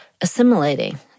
assimilating